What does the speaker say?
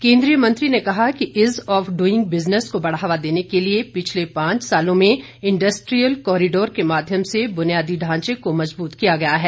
केन्द्रीय मंत्री ने कहा कि इज़ ऑफ ड्ईग बिजनस को बढ़ावा देने के लिए पिछले पांच सालों में इंडिस्ट्रीयल कॉरीडोर के माध्यम से बुनियादी ढ़ांचे को मजबूत किया गया है